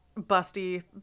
busty